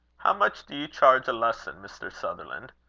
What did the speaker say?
how much do you charge a lesson, mr. sutherland?